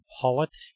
politics